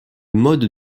mode